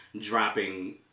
dropping